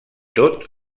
tot